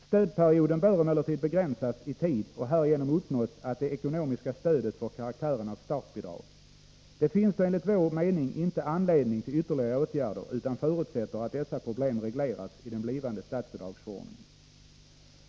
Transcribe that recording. Stödperioden bör emellertid begränsas i tid och härigenom uppnås att det ekonomiska stödet får karaktären av startbidrag. Det finns då enligt vår mening ingen anledning till ytterligare åtgärder, utan vi förutsätter att dessa problem regleras i den blivande statsbidragsförordningen.